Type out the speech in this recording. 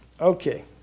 Okay